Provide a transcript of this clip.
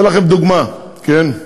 אתן לכם דוגמה, כן?